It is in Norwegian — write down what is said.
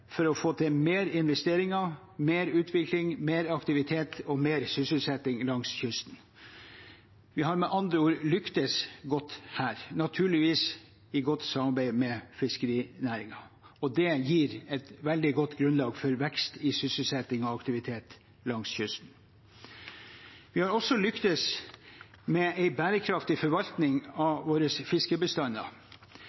for å få til flere investeringer, mer utvikling, mer aktivitet og mer sysselsetting langs kysten. Vi har med andre ord lyktes godt her, naturligvis i godt samarbeid med fiskerinæringen. Det gir et veldig godt grunnlag for vekst i sysselsetting og aktivitet langs kysten. Vi har også lyktes med en bærekraftig forvaltning av